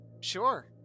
sure